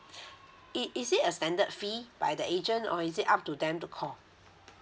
is it a standard fee by the agent or is it up to them to call